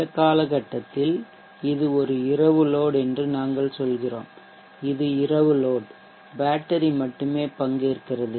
இந்த காலகட்டத்தில் இது இரவு லோட் என்று நாங்கள் சொல்கிறோம் இது இரவு லோட் பேட்டரி மட்டுமே பங்கேற்கிறது